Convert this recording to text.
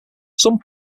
some